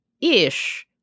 ish